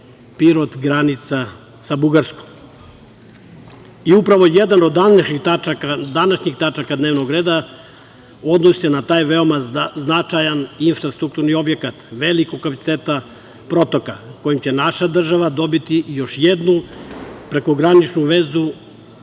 Niš-Pirot-granica sa Bugarskom. Upravo jedna od današnjih tačaka dnevnog reda odnosi se na taj veoma značajan infrastrukturni objekat, velikog kapaciteta i protoka kojim će naša država dobiti još jednu prekograničnu vezu